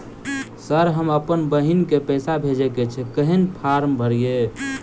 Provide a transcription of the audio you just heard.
Sir हम अप्पन बहिन केँ पैसा भेजय केँ छै कहैन फार्म भरीय?